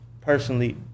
personally